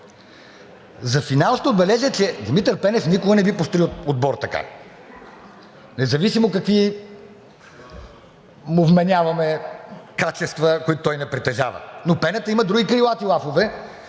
За финал ще отбележа, че Димитър Пенев никога не би построил отбора така, независимо какви качества му вменяваме, които той не притежава. Но Пената има други крилати лафове,